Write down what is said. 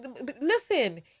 Listen